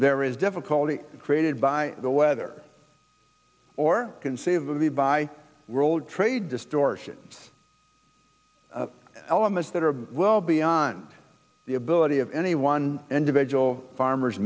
there is difficulty created by the weather or conceivably by world trade distortions elements that are well beyond the ability of any one individual farmers